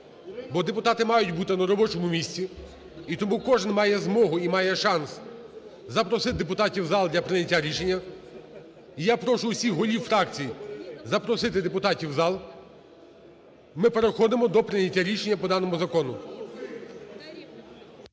бо депутати мають бути на робочому місці. І тому кожен має змогу, і має шанс запросити депутатів в зал для прийняття рішення. І я прошу усіх голів фракцій запросити депутатів в зал. Ми переходимо до прийняття рішення по даному закону.